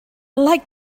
like